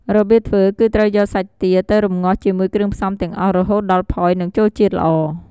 របៀបធ្វើគឺត្រូវយកសាច់ទាទៅរំងាស់ជាមួយគ្រឿងផ្សំទាំងអស់រហូតដល់ផុយ និងចូលជាតិល្អ។